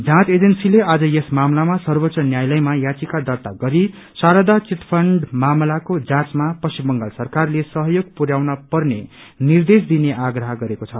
जाँच एजेन्सीले आज यस मामलामा सर्वोच्च न्यायालयमा याचिका दर्त्ता गरी शारदा चिट फण्ड मामलाको जाँचमा पश्चिम बंगाल सरकारले सहयोग पुर्याउन पर्ने निर्देश दिने आप्रह गरेको छ